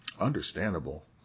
Understandable